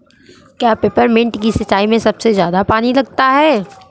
क्या पेपरमिंट की सिंचाई में सबसे ज्यादा पानी लगता है?